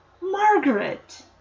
Margaret